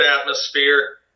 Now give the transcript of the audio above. atmosphere